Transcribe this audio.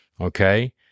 Okay